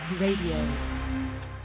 RADIO